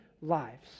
lives